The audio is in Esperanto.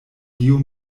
dio